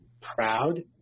proud